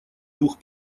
двух